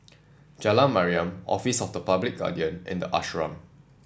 Jalan Mariam Office of the Public Guardian and the Ashram